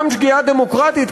גם שגיאה דמוקרטית,